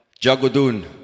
Jagodun